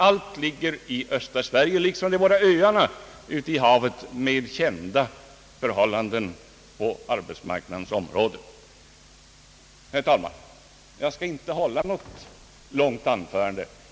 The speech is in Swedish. Alt ligger i östra Sverige liksom de båda öarna ute i havet med kända förhållanden på arbetsmarknadens område. é Herr talman! Jag skall inte hålla något långt anförande.